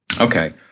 Okay